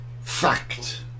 fact